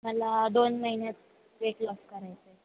मला दोन महिन्यात वेट लॉस करायचं आहे